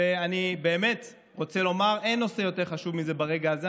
ואני באמת רוצה לומר: אין נושא יותר חשוב מזה ברגע הזה.